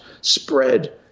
Spread